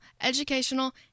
educational